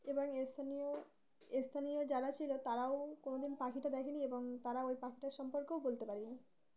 এবং স্থানীয় স্থানীয় যারা ছিল তারাও কোনোদিন পাখিটা দেখেন এবং তারা ওই পাখিটা সম্পর্কেও বলতে পারি না